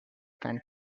and